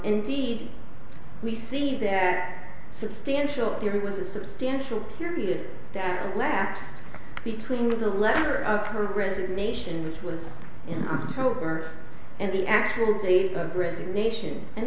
indeed we see there substantial there was a substantial period that lapsed between the letter of her resignation which was in october and the actual date of resignation and